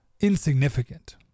insignificant